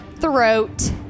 throat